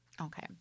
Okay